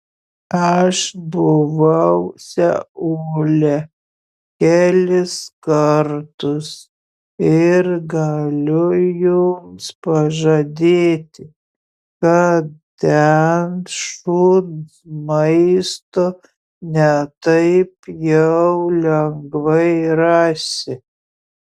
aš buvau seule kelis kartus ir galiu jums pažadėti kad ten šuns maisto ne taip jau lengvai rasi